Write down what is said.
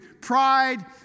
Pride